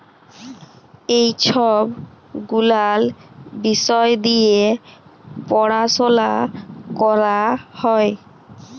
ই ছব গুলাল বিষয় দিঁয়ে পরাশলা ক্যরা হ্যয়